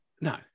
No